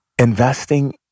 Investing